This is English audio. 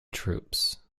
troops